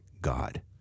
God